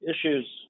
issues